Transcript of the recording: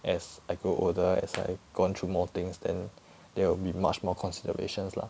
as I grow older as I've gone through more things then there will be much more considerations lah